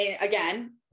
Again